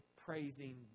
Praising